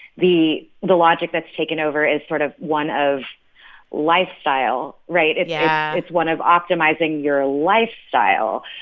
the the logic that's taken over is sort of one of lifestyle, right? yeah it's one of optimizing your ah lifestyle,